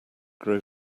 grow